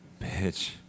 bitch